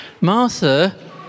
Martha